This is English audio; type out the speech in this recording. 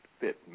Fit